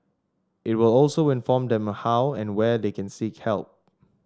it will also inform them how and where they can seek help